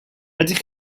ydych